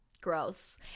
gross